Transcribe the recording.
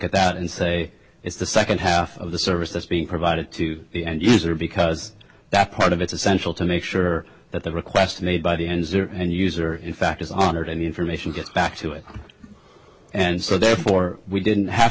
at that and say it's the second half of the service that's being provided to the end user because that part of it's essential to make sure that the request made by the end end user in fact is honored and information gets back to it and so therefore we didn't have